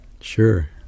sure